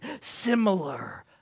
similar